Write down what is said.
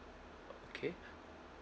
okay